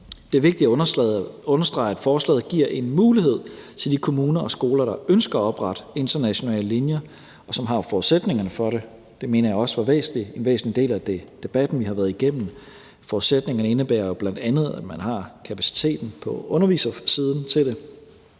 er vigtigt at understrege, at forslaget giver en mulighed til de kommuner og skoler, der ønsker at oprette internationale linjer, og som har forudsætningerne for det. Det mener jeg også var en væsentlig del af debatten, vi har været igennem. Forudsætningerne indebærer jo bl.a., at man har kapaciteten på undervisersiden til det,